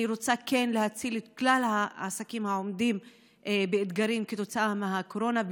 אני רוצה להציל את כלל העסקים העומדים באתגרים כתוצאה מהקורונה,